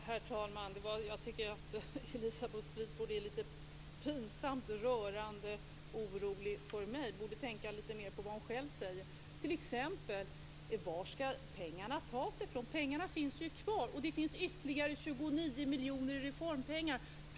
Herr talman! Jag tycker att Elisabeth Fleetwood är lite pinsamt, rörande orolig för mig. Hon borde tänka lite mer på vad hon själv säger, t.ex. när hon frågar var pengarna skall tas ifrån. Pengarna finns ju kvar, och det finns ytterligare 29 miljoner i reformpengar.